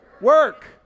work